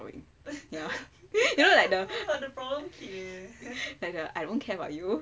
you know like the I don't care about you